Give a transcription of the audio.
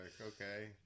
okay